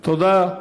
תודה.